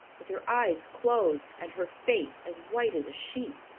with her eyes closed and her face as white as a sheet.